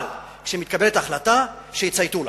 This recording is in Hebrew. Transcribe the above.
אבל כשמתקבלת החלטה, שיצייתו לה.